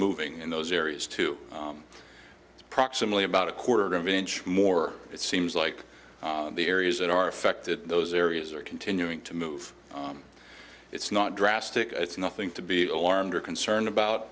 moving in those areas to approximately about a quarter of an inch more it seems like the areas that are affected those areas are continuing to move it's not drastic it's nothing to be alarmed or concerned about